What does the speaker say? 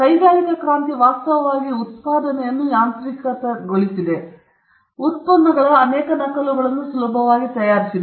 ಕೈಗಾರಿಕಾ ಕ್ರಾಂತಿ ವಾಸ್ತವವಾಗಿ ಉತ್ಪಾದನೆಯನ್ನು ಯಾಂತ್ರಿಕಗೊಳಿಸಿದೆ ಇದು ಉತ್ಪನ್ನಗಳ ಅನೇಕ ನಕಲುಗಳನ್ನು ಸುಲಭವಾಗಿ ತಯಾರಿಸಿದೆ